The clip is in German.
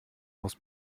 muss